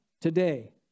today